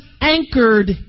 anchored